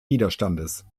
widerstandes